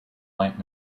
plant